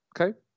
okay